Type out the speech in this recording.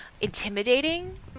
intimidating